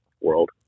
world